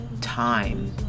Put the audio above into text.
time